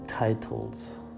Titles